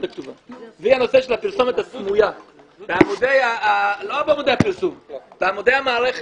הכתובה נושא הפרסומת הסמויה; לא בעמודי הפרסום אלא בעמודי המערכת.